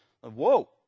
Whoa